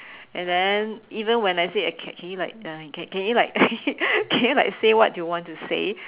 and then even when I say I can can you like uh can can you like can you like say what do you want to say